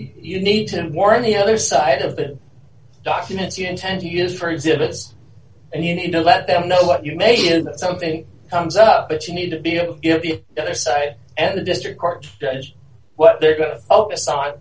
you need to have more on the other side of the documents you intend to use for exhibits and you need to let them know what you made something comes up but you need to be able to give the other side and the district court judge what they're going to